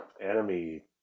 enemy